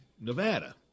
Nevada